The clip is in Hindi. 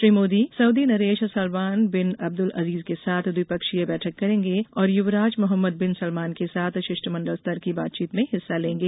श्री मोदी सऊदी नरेश सलमान बिन अब्दुल अजीज के साथ द्विपक्षीय बैठक करेंगे और युवराज मोहम्मद बिन सलमान के साथ शिष्टमंडल स्तर की बातचीत में हिस्सा लेंगे